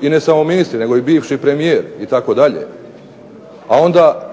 I ne samo ministri, nego bivši premijer itd.,